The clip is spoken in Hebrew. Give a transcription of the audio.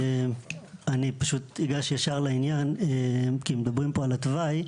אני פשוט אגש ישר לעניין כי מדברים פה על התוואי,